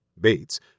Bates